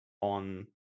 on